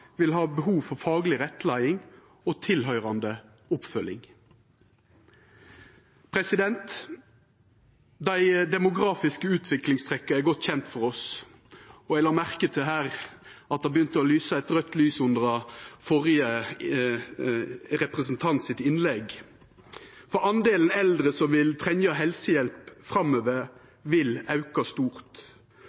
vil ha behov for fagleg rettleiing og tilhøyrande oppfølging. Dei demografiske utviklingstrekka er godt kjende for oss – og eg la merke til at det begynte å lysa eit raudt lys under innlegget til den førre representanten. Andelen eldre som vil trenga helsehjelp framover, vil auka stort.